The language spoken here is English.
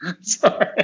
Sorry